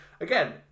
again